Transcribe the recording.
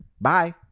Bye